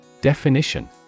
Definition